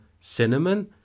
cinnamon